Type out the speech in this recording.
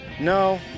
No